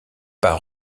pas